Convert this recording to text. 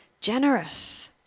generous